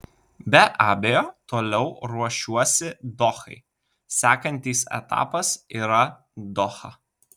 be abejo toliau ruošiuosi dohai sekantis etapas yra doha